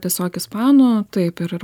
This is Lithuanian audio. tiesiog ispanų taip ir ir